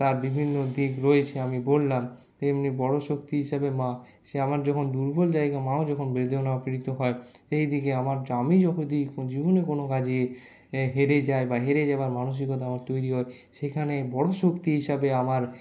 তার বিভিন্ন দিক রয়েছে আমি বললাম তেমনি বড় শক্তি হিসেবে মা সে আমার যখন দুর্বল জায়গা মাও যখন বেদনা পীড়িত হয় সেইদিকে আমার আমি যদি যেকোনো কোনো কাজে হেরে যাই বা হেরে যাওয়ার মানসিকতা আমার তৈরি হয় সেখানে বড় শক্তি হিসাবে আমার